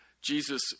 Jesus